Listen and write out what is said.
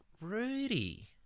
Rudy